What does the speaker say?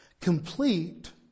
Complete